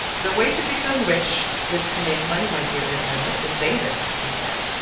the way to become rich is to make money, my dear edna, not to save it, he said.